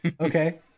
okay